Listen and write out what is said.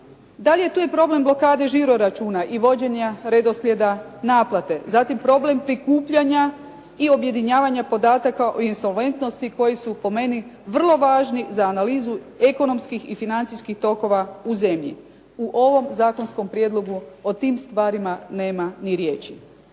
Dalje tu je problem blokade žiro-računa i vođenja redoslijeda naplate zatim problem prikupljanja i objedinjavanja podataka o insolventnosti koji su po meni vrlo važni za analizu ekonomskih i financijskih tokova u zemlji. U ovom zakonskom prijedlogu o tim stvarima nema ni riječi.